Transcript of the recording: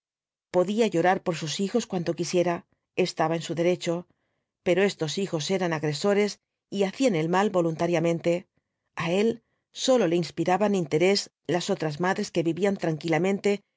podía llorar por sus hijos cuanto quisiera estaba en su derecho pero estos hijos eran agresores y hacían el mal voluntariamente a él sólo le inspiraban interés las otras madres que vivían tranquilamente